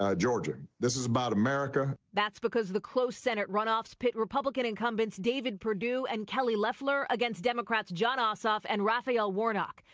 ah georgia. this is about america. reporter that's because the close senate runoffs pit republican incumbents david perdue and kelly loeffler against democrats jon ossoff and raphael warnock.